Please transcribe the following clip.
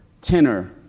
tenor